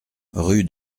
rue